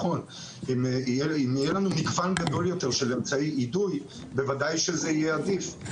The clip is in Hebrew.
אם יהיה לנו מגוון גדול יותר של אמצעי אידוי בוודאי שזה יהיה עדיף.